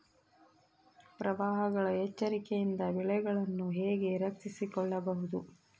ಪ್ರವಾಹಗಳ ಎಚ್ಚರಿಕೆಯಿಂದ ಬೆಳೆಗಳನ್ನು ಹೇಗೆ ರಕ್ಷಿಸಿಕೊಳ್ಳಬಹುದು?